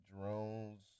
drones